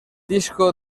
disco